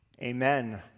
Amen